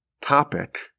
topic